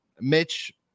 Mitch